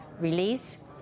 release